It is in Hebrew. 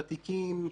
ותיקים,